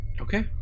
Okay